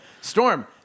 Storm